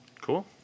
cool